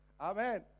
Amen